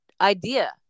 idea